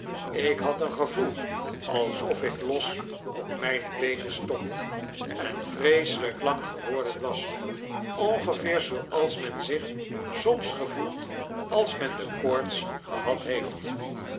ik had een gevoel alsof ik los op myne beenen stond en vreeselijk lang geworden was ongeveer zooals men zich soms gevoelt als men de koorts gehad heeft